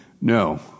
No